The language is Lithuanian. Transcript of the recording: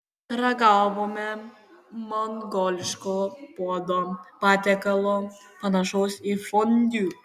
ragavome mongoliško puodo patiekalo panašaus į fondiu